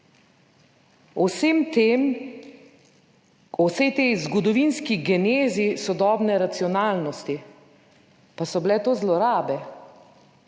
vsem tem, v vsej tej zgodovinski genezi sodobne racionalnosti pa so bile to zlorabe.